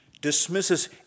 dismisses